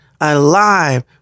alive